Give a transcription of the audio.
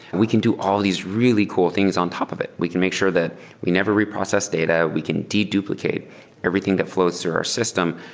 we can do all these really cool things on top of it. we can make sure that we never reprocess data. we can de-duplicate everything that flows through our system.